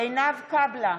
עינב קאבלה,